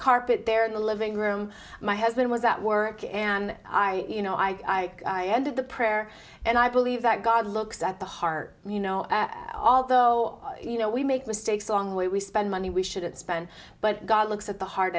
carpet there in the living room my husband was at work and i you know i ended the prayer and i believe that god looks at the heart you know although you know we make mistakes along the way we spend money we shouldn't spend but god looks at the heart